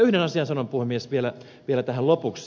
yhden asian sanon puhemies vielä lopuksi